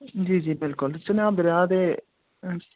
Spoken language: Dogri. जी जी बिल्कुल चुनाव दरिया ते